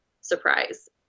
surprise